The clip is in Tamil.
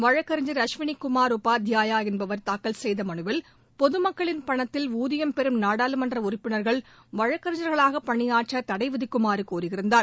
வழக்கறிஞர் அஸ்வினிகுமார் உபாத்யாயா என்பவர் தாக்கல் செய்த மனுவில் பொதுமக்களின் பணத்தில் ஊதியம் பெறும் நாடாளுமன்ற உறுப்பினர்கள் வழக்கறிஞர்களாக பனியாற்ற தடை விதிக்குமாறு கோரியிருந்தார்